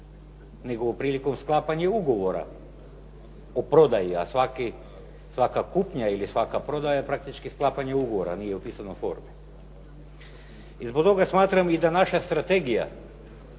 nego prilikom sklapanja ugovora o prodaji. A svaka kupnja ili svaka prodaja je praktički sklapanje ugovora, nije u pisanoj formi. I zbog toga smatram i da naša strategija